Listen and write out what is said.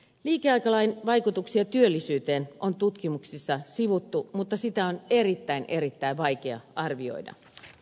liikeaikalain vaikutuksia työllisyyteen on tutkimuksissa sivuttu mutta niitä on erittäin erittäin vaikea arvioida